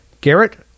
Garrett